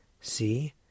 See